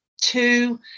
two